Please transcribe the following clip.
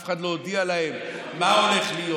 אף אחד לא הודיע להם מה הולך להיות,